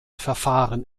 verfahren